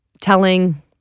telling